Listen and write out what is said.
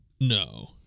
No